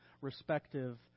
respective